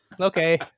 okay